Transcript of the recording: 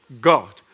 God